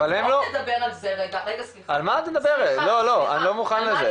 על מה את מדברת, אני לא מוכן לזה.